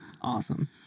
Awesome